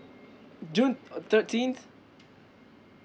june uh thirteenth